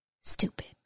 stupid